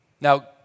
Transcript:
Now